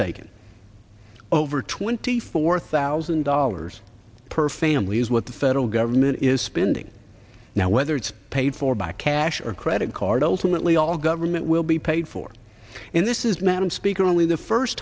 taken over twenty four thousand dollars per family is what the federal government is spending now whether it's paid for by cash or credit card ultimately all government will be paid for and this is madam speaker only the first